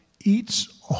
eats